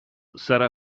sarà